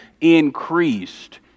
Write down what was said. increased